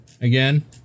again